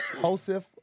Joseph